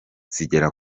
zigera